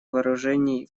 вооружений